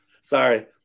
Sorry